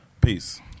Peace